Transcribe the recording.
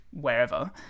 wherever